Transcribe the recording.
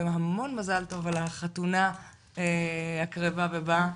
והמון מזל טוב על החתונה הקרבה ובאה.